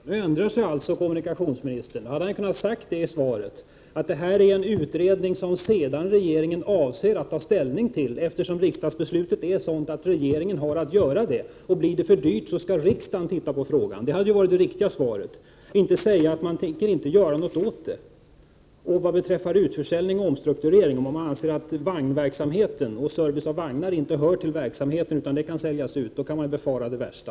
Herr talman! Nu ändrar sig kommunikationsministern. Då hade han kunnat säga i svaret att det är en utredning som regeringen avser att ta ställning till, eftersom riksdagsbeslutet är sådant att regeringen har att göra det, och blir det för dyrt skall riksdagen titta på frågan. Det hade varit det riktiga svaret, inte att säga att regeringen inte tänker göra någonting. Vad beträffar utförsäljning och omstrukturering vill jag säga att om man anser att servicen på vagnar inte hör till verksamheten utan kan säljas ut, då finns det anledning att befara det värsta.